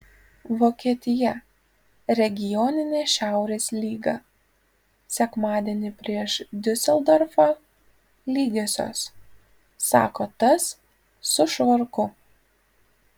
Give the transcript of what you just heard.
vokietija regioninė šiaurės lyga sekmadienį prieš diuseldorfą lygiosios sako tas su švarku